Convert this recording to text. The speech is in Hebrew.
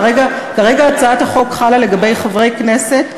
כרגע הצעת החוק חלה על חברי כנסת,